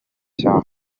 cya